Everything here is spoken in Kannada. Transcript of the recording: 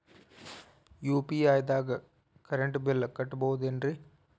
ಯು.ಪಿ.ಐ ದಾಗ ಕರೆಂಟ್ ಬಿಲ್ ಕಟ್ಟಬಹುದೇನ್ರಿ?